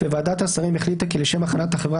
וועדת השרים החליטה כי לשם הכנת החברה